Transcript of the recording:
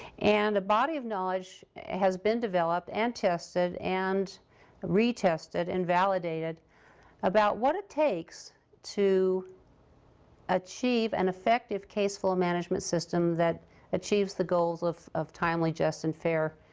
and a body of knowledge has been developed, and tested, and retested, and validated about what it takes to achieve an effective caseflow management system that achieves the goals of of timely just and fair